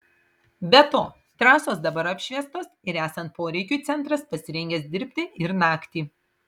be to trasos dabar apšviestos ir esant poreikiui centras pasirengęs dirbti ir naktį